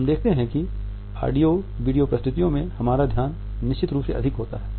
हम देखते है कि ऑडियो वीडियो प्रस्तुतियों में हमारा ध्यान निश्चित रूप से अधिक होता है